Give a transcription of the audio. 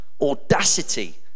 audacity